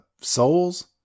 souls